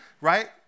right